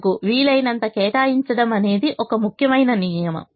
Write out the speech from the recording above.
మనకు వీలైనంత కేటాయించడం అనేది ఒక ముఖ్యమైన నియమం